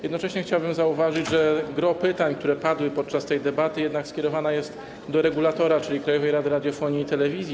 Jednocześnie chciałbym zauważyć, że gros pytań, które padły podczas tej debaty, jednak jest skierowanych do regulatora, czyli Krajowej Rady Radiofonii i Telewizji.